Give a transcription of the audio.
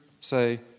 say